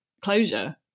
closure